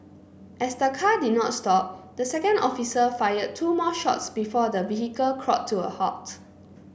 as the car did not stop the second officer fired two more shots before the vehicle crawled to a halt